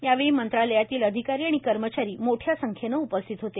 यावेळी मंत्रालयातील अधिकारी आणि कर्मचारी मोठया संख्येने उपस्थित होते